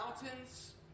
mountains